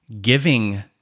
giving